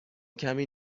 کمی